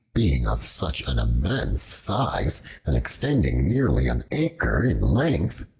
being of such an immense size and extending nearly an acre in length,